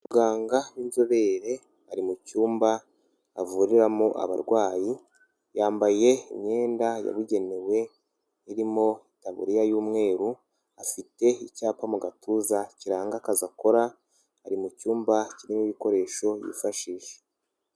Umuganga w'inzobere ari mu cyumba avuriramo abarwayi, yambaye imyenda yabugenewe irimo naburiya y'umweru, afite icyapa mu gatuza kiranga akazi akora, ari mu cyumba kirimo ibikoresho yifashisha.